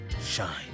shine